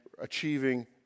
achieving